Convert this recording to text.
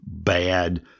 bad